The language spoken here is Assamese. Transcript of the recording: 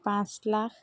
পাঁচ লাখ